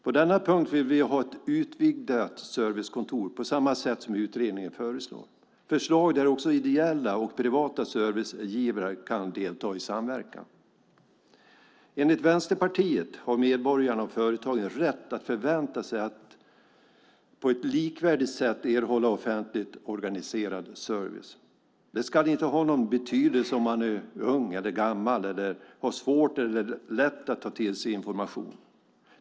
På denna punkt vill vi ha ett utvidgat servicekontor på samma sätt som utredningen föreslår. Det är förslag där också ideella och privata servicegivare kan delta i samverkan. Enligt Vänsterpartiet har medborgarna och företagen rätt att förvänta sig att på ett likvärdigt sätt erhålla offentligt organiserad service. Det ska inte ha någon betydelse om man är ung eller gammal eller har svårt eller lätt att ta till sig information.